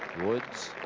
woods